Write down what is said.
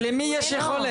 למי יש יכולת?